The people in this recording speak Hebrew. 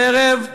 בערב,